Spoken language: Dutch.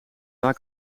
waar